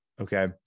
Okay